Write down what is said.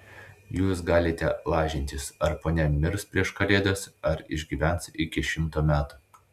jūs galite lažintis ar ponia mirs prieš kalėdas ar išgyvens iki šimto metų